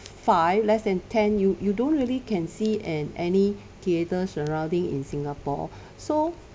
five less than ten you you don't really can see and any theatre surroundings in singapore so